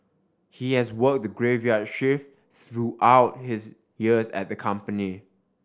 he has worked the graveyard shift throughout his years at the company